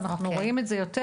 אנחנו רואים את זה יותר